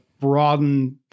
broaden